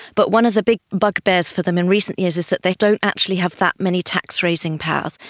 but one of the big bugbears for them in recent years is that they don't actually have that many tax-raising powers,